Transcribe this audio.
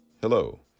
Hello